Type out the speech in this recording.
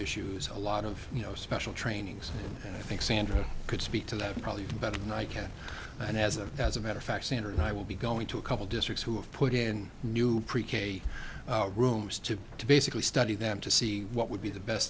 issues a lot of you know special trainings and i think sandra could speak to that probably better than i can and as a as a matter of fact standard i will be going to a couple districts who have put in new pre k rooms to to basically study them to see what would be the best